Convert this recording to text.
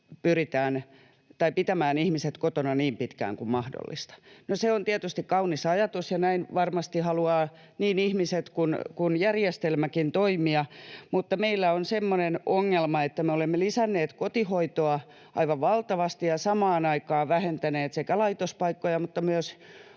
pitämään ihmiset kotona niin pitkään kuin mahdollista. No, se on tietysti kaunis ajatus, ja näin varmasti haluavat niin ihmiset kuin järjestelmäkin toimia, mutta meillä on semmoinen ongelma, että me olemme lisänneet kotihoitoa aivan valtavasti ja samaan aikaan vähentäneet sekä laitospaikkoja että myös